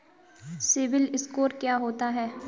CIBIL score क्या होता है?